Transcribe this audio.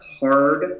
hard